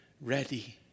ready